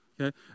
Okay